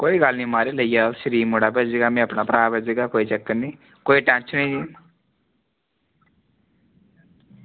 कोई गल्ल निं म्हाराज लेई जायो शरीफ मुड़ा भेजगा में में अपना भ्राऽ भेजगा कोई चक्कर निं कोई टेंशन निं